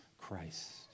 Christ